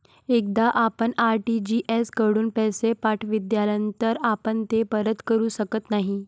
एकदा आपण आर.टी.जी.एस कडून पैसे पाठविल्यानंतर आपण ते परत करू शकत नाही